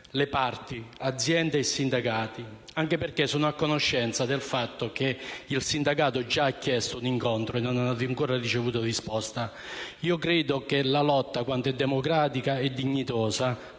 le parti, aziende e sindacati, anche perché sono a conoscenza del fatto che il sindacato ha già chiesto un incontro, ma non ha ancora ricevuto risposta. Credo che la lotta, quand'è democratica e dignitosa,